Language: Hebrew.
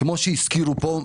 כמו שהזכירו כאן,